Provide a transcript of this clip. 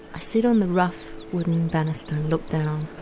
i sit on the rough wooden banister and look down.